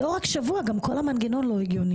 לא רק שבוע אלא גם כל המנגנון לא הגיוני,